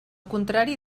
contrari